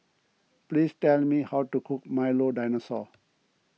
please tell me how to cook Milo Dinosaur